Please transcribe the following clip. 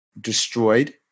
destroyed